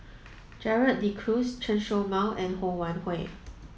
Gerald De Cruz Chen Show Mao and Ho Wan Hui